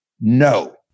No